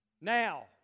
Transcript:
Now